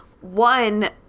One